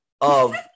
of-